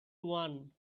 one